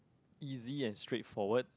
easy and straightforward